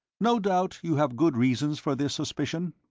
no doubt you have good reasons for this suspicion?